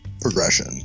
progression